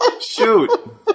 Shoot